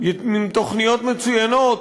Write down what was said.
עם תוכניות מצוינות